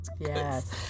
Yes